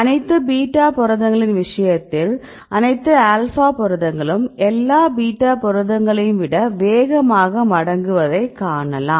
அனைத்து பீட்டா புரதங்களின் விஷயத்தில் அனைத்து ஆல்பா புரதங்களும் எல்லா பீட்டா புரதங்களையும் விட வேகமாக மடங்குவதைக் காணலாம்